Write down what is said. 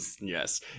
Yes